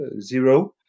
Zero